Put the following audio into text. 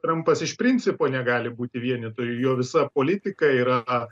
trampas iš principo negali būti vienytoju jo visa politika yra na